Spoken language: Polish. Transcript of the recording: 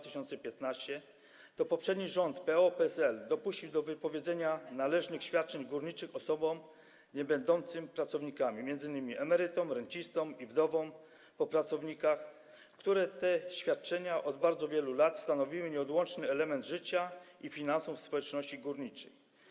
To poprzedni rząd, rząd PO-PSL, dopuścił do wypowiedzenia należnych świadczeń górniczych osobom niebędącym pracownikami, m.in. emerytom, rencistom i wdowom po pracownikach, choć świadczenia te od bardzo wielu lat stanowiły nieodłączny element życia i finansów społeczności górniczej.